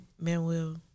Manuel